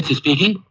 speaking.